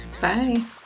Bye